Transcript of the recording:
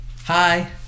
hi